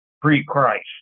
pre-Christ